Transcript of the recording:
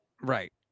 Right